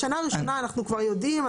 בשנה הראשונה אנחנו כבר יודעים,